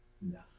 No